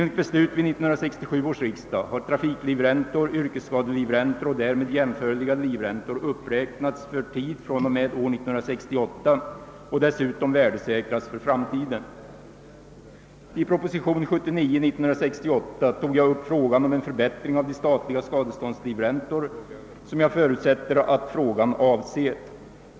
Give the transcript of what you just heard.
I proposition 1968:95 tog jag upp frågan om en förbättring av de statliga skadeståndslivräntor som jag förutsätter att frågan avser.